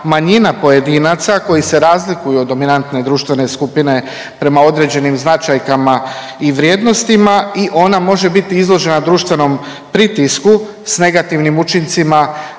manjina pojedinaca koji se razliku od dominantne društvene skupine prema određenim značajkama i vrijednostima i ona može biti izložena društvenom pritisku s negativnim učincima